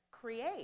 create